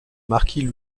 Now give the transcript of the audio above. marquis